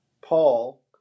Paul